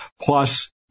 plus